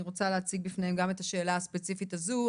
אני רוצה להציג בפניהם גם את השאלה הספציפית הזו.